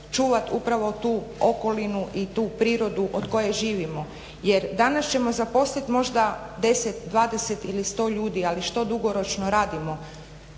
čuvat upravo tu okolinu i tu prirodu od koje živimo. Jer danas ćemo zaposlit možda 10, 20 ili 100 ljudi, ali što dugoročno radimo.